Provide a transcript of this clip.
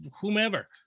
whomever